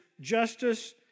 justice